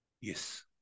Yes